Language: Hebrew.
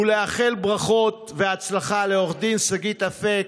ולאחל ברכות והצלחה לעו"ד שגית אפיק,